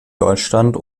deutschland